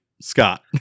Scott